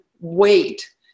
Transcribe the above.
wait